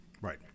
Right